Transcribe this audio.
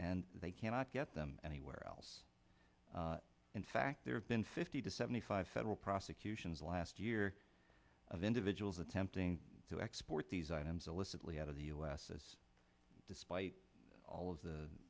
and they cannot get them anywhere else in fact there have been fifty to seventy five federal prosecutions last year of individuals attempting to export these items illicitly out of the us despite all of the